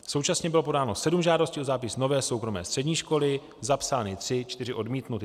Současně bylo podáno 7 žádostí o zápis nové soukromé střední školy, zapsány 3 a 4 odmítnuty.